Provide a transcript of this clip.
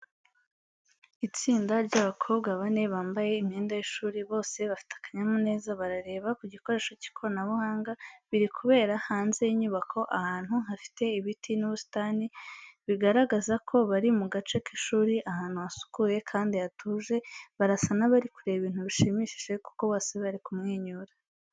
itsinda ry'abakobwa bane bambaye imyenda y’ishuri, bose bafite akanyamuneza barareba ku gikoresho cy'ikoranabuhanga, biri kubera hanze y’inyubako, ahantu hafite ibiti n'ubusitani, bigaragaza ko bari mu gace k'ishuri, ahantu hasukuye kandi hatuje, barasa n'abari kureba ibintu bishimishije kuko bose bari kumwenyura.